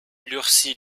lurcy